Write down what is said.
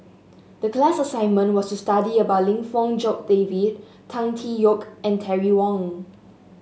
the class assignment was to study about Lim Fong Jock David Tan Tee Yoke and Terry Wong